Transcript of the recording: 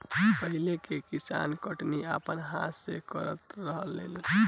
पहिले के किसान कटनी अपना हाथ से करत रहलेन